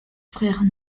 frères